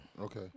Okay